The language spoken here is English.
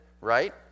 right